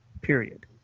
Period